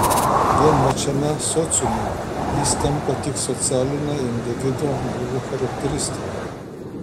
vienmačiame sociume jis tampa tik socialine individo būvio charakteristika